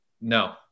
No